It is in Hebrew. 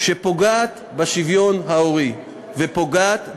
שפוגעת בשוויון ההורי ופוגעת בילדים.